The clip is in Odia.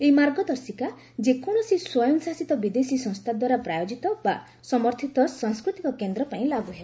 ଏହି ମାର୍ଗଦର୍ଶିକା ଯେକୌଣସି ସ୍ୱୟଂ ଶାସିତ ବିଦେଶୀ ସଂସ୍ଥାଦ୍ୱାରା ପ୍ରାୟୋଜିତ ବା ସମର୍ଥତ ସାଂସ୍କୃତିକ କେନ୍ଦ୍ର ପାଇଁ ଲାଗୁ ହେବ